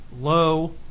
low